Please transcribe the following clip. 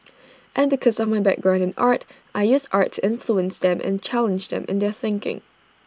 and because of my background in art I use art to influence them and challenge them in their thinking